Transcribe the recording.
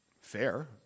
fair